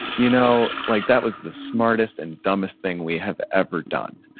you know, like that was the smartest and dumbest thing we have ever done,